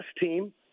team